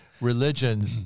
religion